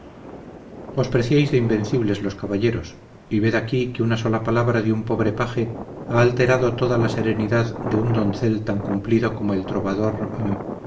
invencibles los caballeros y ved aquí que una sola palabra de un pobre paje ha alterado toda la serenidad de un doncel tan cumplido como el trovador